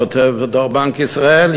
כותב דוח בנק ישראל,